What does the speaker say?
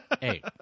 Hey